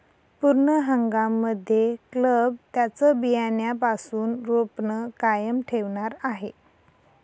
पूर्ण हंगाम मध्ये क्लब त्यांचं बियाण्यापासून रोपण कायम ठेवणार आहे